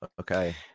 Okay